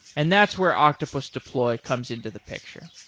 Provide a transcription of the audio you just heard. and that's where octopus deploy comes into the picture.